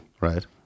Right